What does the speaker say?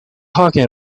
talking